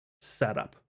setup